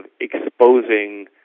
exposing